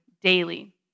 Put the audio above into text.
daily